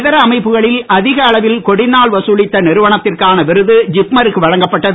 இதர அமைப்புகளில் அதிக அளவில் கொடிநாள் வசூலித்த நிறுவனத்திற்கான விருது ஜிப்மருக்கு வழங்கப்பட்டது